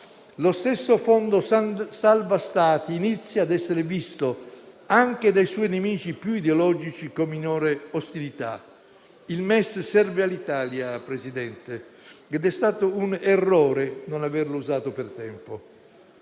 lo stesso fondo salva-Stati inizia a essere visto - anche dai suoi nemici più ideologici - con minore ostilità. Il MES serve all'Italia, signor Presidente, ed è stato un errore non averlo usato per tempo.